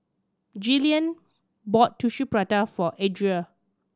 Jillian bought Tissue Prata for Adria